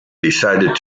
decided